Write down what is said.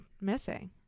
missing